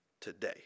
today